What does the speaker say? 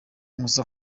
nkusi